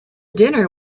dinner